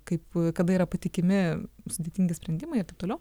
kaip kada yra patikimi sudėtingi sprendimai ir taip toliau